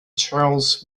charles